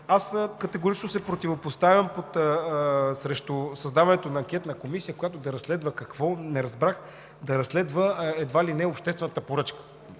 Категорично се противопоставям на създаването на анкетна комисия, която да разследва – какво? Не разбрах! Да разследва едва ли не обществената поръчка.